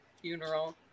funeral